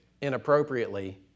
inappropriately